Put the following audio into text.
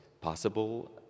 possible